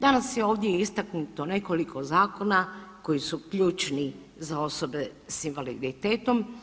Danas je ovdje istaknuto nekoliko zakona koji su ključni za osobe s invaliditetom.